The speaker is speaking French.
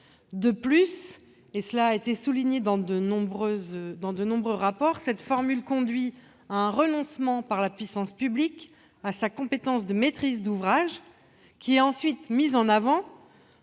De plus, cela a été souligné dans de nombreux rapports, cette formule conduit à un renoncement, par la puissance publique, à sa compétence de maîtrise d'ouvrage. Cela entraîne une